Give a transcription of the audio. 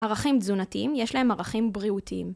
ערכים תזונתיים יש להם ערכים בריאותיים